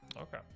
Okay